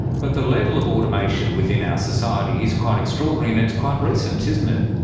but the level of automation within our society is quite extraordinary and it's quite recent, isn't it.